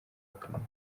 akamaro